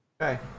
Okay